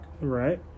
Right